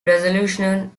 resolution